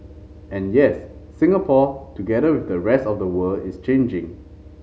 and yes Singapore together with the rest of the world is changing